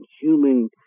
human